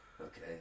Okay